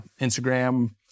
Instagram